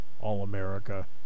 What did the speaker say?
All-America